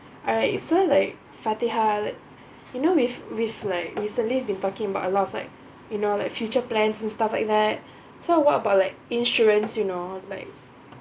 alright so like fatihah you know we've we've like recently been talking about a lot of like you know like future plans and stuff like that so what about like insurance you know like